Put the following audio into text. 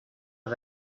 are